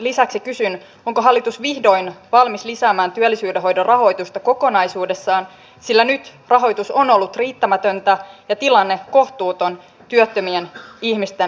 lisäksi kysyn onko hallitus vihdoin valmis lisäämään työllisyyden hoidon rahoitusta kokonaisuudessaan sillä nyt rahoitus on ollut riittämätöntä ja tilanne kohtuuton työttömien ihmisten näkökulmasta